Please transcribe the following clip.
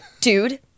Dude